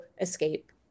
escape